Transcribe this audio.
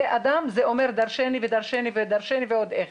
אדם זה אומר דרשני ודרשני ודרשני ועוד איך.